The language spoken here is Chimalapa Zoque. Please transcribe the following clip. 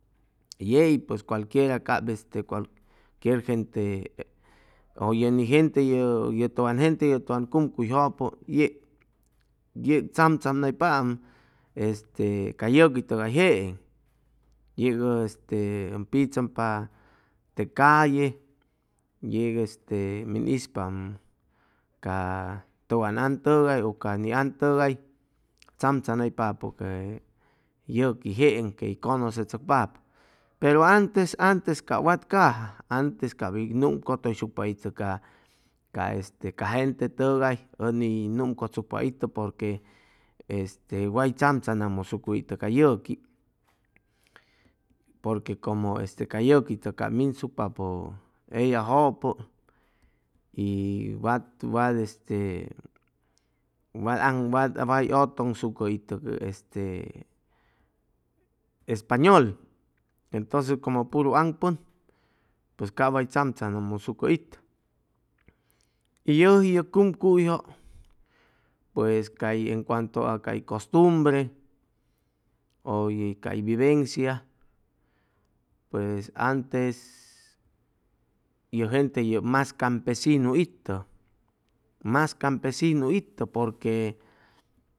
Yei pues cualquiera cap este cualquier gente ʉ ye ni gente yʉ yʉ tʉwan gente tʉwan cumcuyjʉpʉ yeg yeg tzamtzamnaypaam este ca yʉqui tʉgay jeeŋ yeg este ʉm pichʉmpa te calle yeg este min ispaam ca tʉwan an tʉgay u ca ni an tʉgay tzamtzamnaypapʉ ca yʉqui jeeŋ quey cʉnʉsechʉcpapʉ pero antes antes cap wataja antes cap hʉy numcʉtʉyshucpa itʉ ca ca este ca gente tʉgay ʉni numcʉtsucpa itʉ porque este way tzamtzamnajmusucʉ itʉ ca yʉqui porque como ste ca yʉqui tʉg cap minsucpapʉ eyajʉpʉ y wat wat este wat ʉtʉnsucʉ itʉ este español entonces como puru aŋpʉn pues cap way tzamtzamnajmusucʉ itʉ y yʉji ye cumcuyjʉ pues ay en cuanto a cay costumbre ʉ cay vivencia pues antes yʉ gente yʉ mas campesinu itʉ mas campesinu itʉ porque